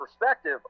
perspective